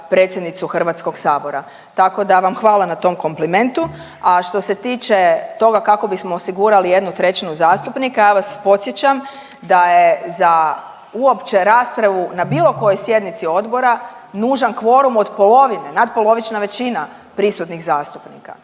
predsjednicu Hrvatskog sabora. Tako da vam hvala na tom komplimentu, a što se tiče toga kako bismo osigurali 1/3 zastupnika ja vas podsjećam da je za uopće raspravu na bilo kojoj sjednici odbora nužan kvorum od polovine, natpolovična većina prisutnih zastupnika,